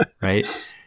right